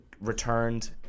returned